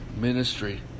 Ministry